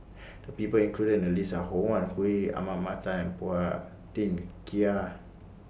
The People included in The list Are Ho Wan Hui Ahmad Mattar Phua Thin Kiay